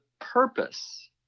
purpose